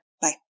Bye